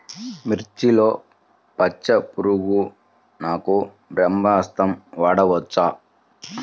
మిర్చిలో పచ్చ పురుగునకు బ్రహ్మాస్త్రం వాడవచ్చా?